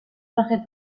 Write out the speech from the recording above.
traje